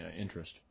interest